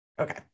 Okay